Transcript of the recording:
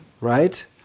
Right